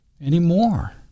anymore